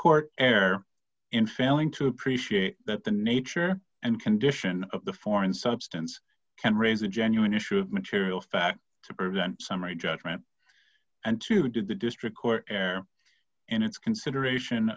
court err in failing to appreciate that the nature and condition of the foreign substance can range the genuine issue of material fact to prevent summary judgment and to do the district court err in its consideration